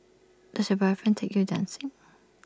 does your boyfriend take you dancing